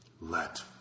Let